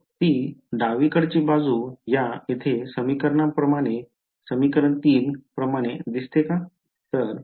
ती डावीकडची बाजू या येथे समीकरणाप्रमाणे समीकरण 3 प्रमाणे दिसते का